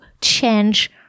change